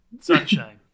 Sunshine